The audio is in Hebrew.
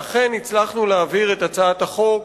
ואכן הצלחנו להעביר את הצעת החוק